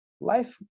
life